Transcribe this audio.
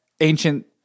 ancient